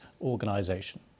organization